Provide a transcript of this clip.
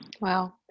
wow